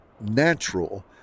natural